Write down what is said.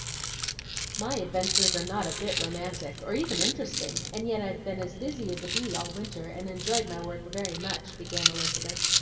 my adventures are not a bit romantic, or even interesting, and yet i've been as busy as a bee all winter, and enjoyed my work very much, began elizabeth,